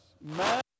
Man